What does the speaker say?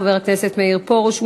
חבר הכנסת מאיר פרוש,